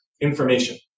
information